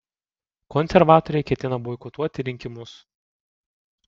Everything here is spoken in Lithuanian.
konservatoriai ketina boikotuoti rinkimus